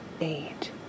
eight